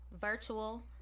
virtual